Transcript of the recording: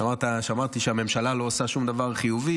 אתה אמרת: שמעתי שהממשלה לא עושה שום דבר חיובי,